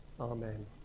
Amen